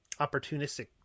opportunistic